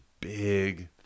big